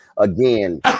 Again